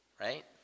right